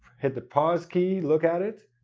hit the pause key, look at it.